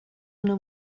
una